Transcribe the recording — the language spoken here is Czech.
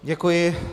Děkuji.